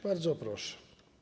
Bardzo proszę.